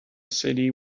city